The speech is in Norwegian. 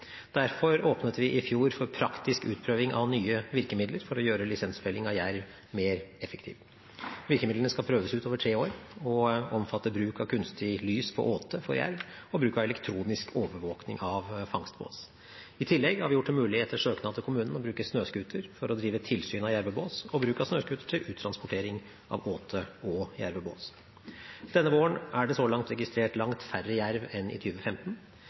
Derfor åpnet vi i fjor for praktisk utprøving av nye virkemidler for å gjøre lisensfelling av jerv mer effektiv. Virkemidlene skal prøves ut over tre år og omfatter bruk av kunstig lys på åte for jerv og bruk av elektronisk overvåkning av fangstbås. I tillegg har vi gjort det mulig etter søknad til kommunen å bruke snøskuter for å drive tilsyn av jervebås og bruk av snøskuter til uttransportering av åte og jervebås. Denne våren er det så langt registrert langt færre jerv enn i